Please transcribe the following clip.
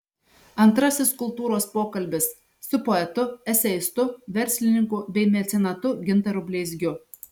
antrasis kultūros pokalbis su poetu eseistu verslininku bei mecenatu gintaru bleizgiu